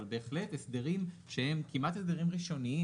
אבל בהחלט הסדרים שהם כמעט הסדרים ראשוניים